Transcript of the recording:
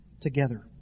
together